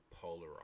polarized